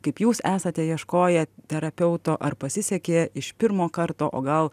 kaip jūs esate ieškoję terapeuto ar pasisekė iš pirmo karto o gal